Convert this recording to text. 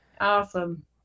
Awesome